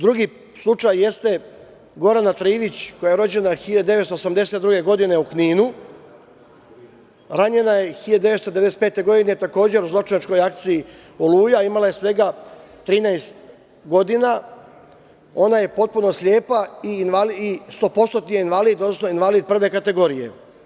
Drugi slučaj jeste, Gorana Trivić, koja je rođena 1982. godine u Kninu, ranjena je 1995. godine, takođe u zločinačkoj akciji „Oluja“, imala je svega 13 godina, ona je potpuno slepa i 100% je invalid, odnosno invalid prve kategorije.